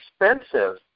expensive